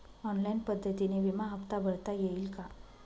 Online पद्धतीने विमा हफ्ता भरता येईल का?